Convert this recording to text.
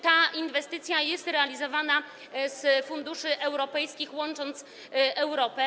Ta inwestycja jest realizowana z funduszy europejskich „Łącząc Europę”